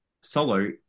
Solo